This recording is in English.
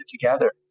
together